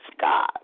God